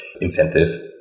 incentive